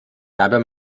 dabei